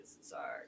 Sorry